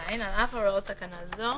"(ז) על אף הוראות תקנה זו,